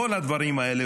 כל הדברים האלה",